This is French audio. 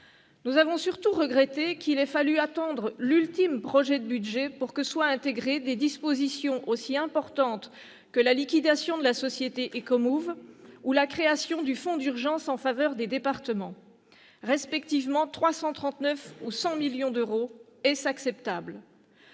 Nous avons surtout regretté qu'il ait fallu attendre l'ultime projet de budget pour que soient intégrées des dispositions aussi importantes que la liquidation de la société Ecomouv'ou la création du fonds d'urgence en faveur des départements, respectivement pour 339 millions d'euros et 100 millions d'euros. Est-ce acceptable ?